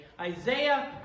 Isaiah